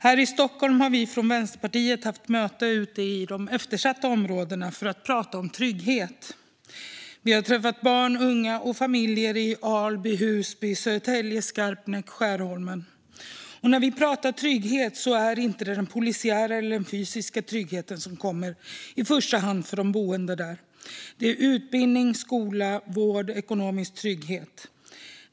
Här i Stockholm har vi från Vänsterpartiet haft möten ute i de eftersatta områdena för att prata om trygghet. Vi har träffat barn, unga och familjer i Alby, Husby, Södertälje, Skarpnäck och Skärholmen. När vi pratar trygghet är det inte den polisiära eller den fysiska tryggheten som kommer i första hand för de boende där. Det är utbildning, skola, vård och ekonomisk trygghet.